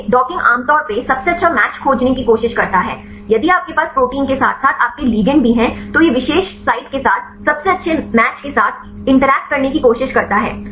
इसलिए डॉकिंग आमतौर पर सबसे अच्छा मैच खोजने की कोशिश करता है यदि आपके पास प्रोटीन के साथ साथ आपके लिगैंड भी हैं तो यह विशेष साइट के साथ सबसे अच्छे मैच के साथ इंटरैक्ट करने की कोशिश करता है